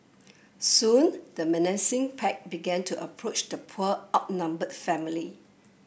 soon the menacing pack began to approach the poor outnumbered family